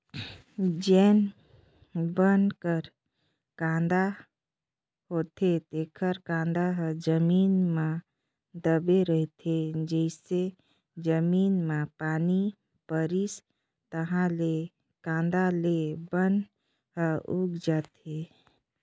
जेन बन कर कांदा होथे तेखर कांदा ह जमीन म दबे रहिथे, जइसे जमीन म पानी परिस ताहाँले ले कांदा ले बन ह उग जाथे